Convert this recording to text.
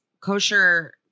kosher